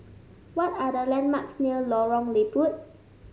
what are the landmarks near Lorong Liput